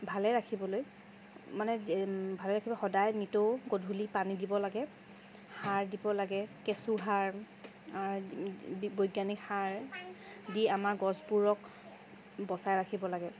ভালে ৰাখিবলৈ মানে ভালে ৰাখিবলৈ সদায় নিতৌ গধূলি পানী দিব লাগে সাৰ দিব লাগে কেঁচুসাৰ বৈজ্ঞানিক সাৰ দি আমাৰ গছবোৰক বচাই ৰাখিব লগে